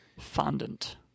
Fondant